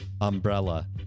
umbrella